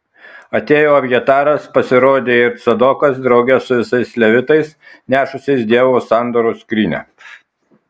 atėjo abjataras pasirodė ir cadokas drauge su visais levitais nešusiais dievo sandoros skrynią